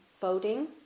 voting